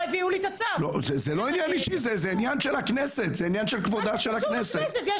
זה עניין של הכנסת וכבודה של הכנסת.